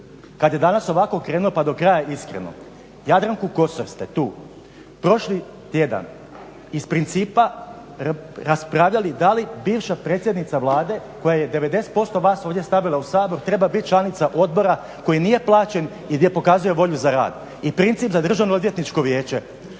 kada je danas ovako krenulo pa do kraja iskreno. Jadranku Kosor ste tu prošli tjedan iz principa raspravljali da li bivša predsjednika Vlade koja je 90% vas ovdje stavila u Sabor treba biti članica odbora koji nije plaćen i gdje pokazuje volju za rad i princip za Državno odvjetničko vijeće.